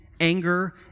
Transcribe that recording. anger